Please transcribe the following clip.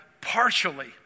partially